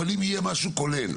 אבל אם יהיה משהו כולל,